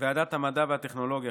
בוועדת המדע והטכנולוגיה,